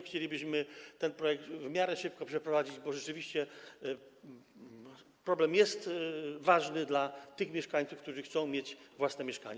Chcielibyśmy ten projekt w miarę szybko przeprowadzić, bo rzeczywiście problem jest ważny dla mieszkańców, którzy chcą mieć własne mieszkanie.